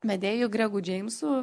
vedėju gregu džeimsu